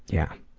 yeah.